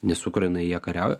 nes ukrainoj jie kariauja